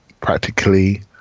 practically